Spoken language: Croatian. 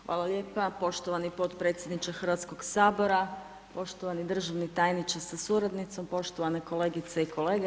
Hvala lijepa poštovani potpredsjedniče Hrvatskog sabora, poštovani državni tajniče sa suradnicom, poštovane kolegice i kolege.